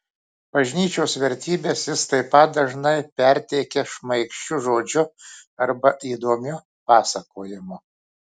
bažnyčios vertybes jis taip pat dažnai perteikia šmaikščiu žodžiu arba įdomiu pasakojimu